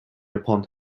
upon